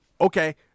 okay